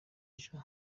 ejo